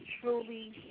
truly